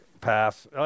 pass